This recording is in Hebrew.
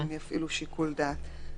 נותנים להם להפעיל שיקול דעת.